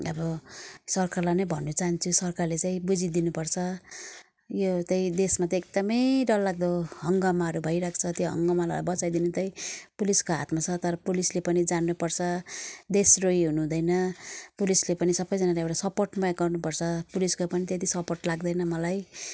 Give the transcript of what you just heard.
अब सरकारलाई नै भन्नु चाहन्छु सरकारले चाहिँ बुझिदिनुपर्छ यो चाहिँ देशमा चाहिँ एकदमै डरलाग्दो हङ्गामाहरू भइरहेको छ त्यो हङ्गामालाई बचाइदिनु चाहिँ पुलिसको हातमा छ तर पुलिसले पनि जान्नुपर्छ देशद्रोही हुनुहुँदैन पुलिसले पनि सबैजनालाई एउटा सपोर्टमा गर्नुपर्छ पुलिसको पनि त्यति सपोर्ट लाग्दैन मलाई